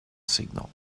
signal